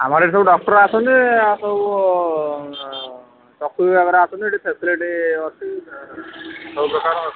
ଆମର ଏଠି ସବୁ ଡକ୍ଟର୍ ଆସନ୍ତି ଆଉ ସବୁ ଚକ୍ଷୁ ବିଭାଗର ଆସନ୍ତି ଏଠି ଫ୍ୟାସିଲିଟି ଅଛି ସବୁପ୍ରକାର ଅଛି